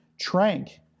Trank